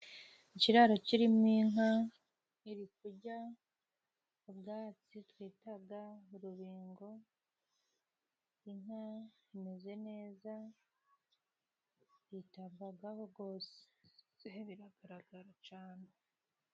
Ikiraro kirimo inka iri kurya ubwatsi twita urubingo, inka imeze neza yitabwaho rwose, biragaragara cyane.